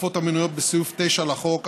התקופות המנויות בסעיף 9(א) לחוק,